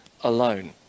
alone